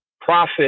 profit